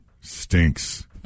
stinks